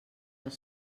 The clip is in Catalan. has